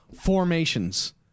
Formations